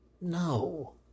No